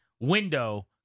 window